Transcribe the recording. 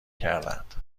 کردهاند